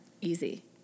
easy